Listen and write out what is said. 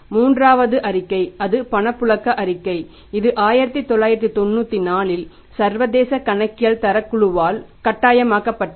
மூன்றாவது அறிக்கை அது பணப்புழக்க அறிக்கை இது 1994 இல் சர்வதேச கணக்கியல் தரக் குழுவால் கட்டாயமாக்கப்பட்டது